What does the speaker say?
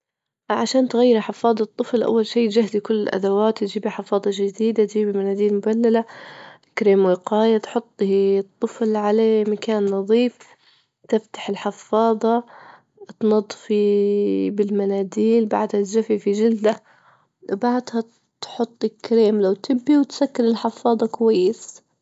عشان تغيري حفاضة طفل أول شي تجهزي كل الأدوات وتجيبي حفاظة جديدة، تجيبي مناديل مبللة، كريم وقاية، تحطي الطفل على مكان نظيف، تفتحي الحفاضة، تنظفي بالمناديل، بعدها تجففي جلده، وبعدها تحطي كريم لو تبي وتسكري الحفاضة كويس.